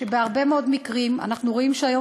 שבהרבה מאוד מקרים אנחנו רואים שהיום